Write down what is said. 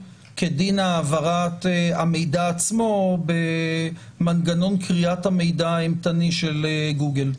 כדין העברת המידע עצמו במנגנון קריאת המידע האימתני של גוגל.